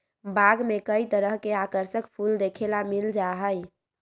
बाग में कई तरह के आकर्षक फूल देखे ला मिल जा हई